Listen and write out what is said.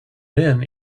then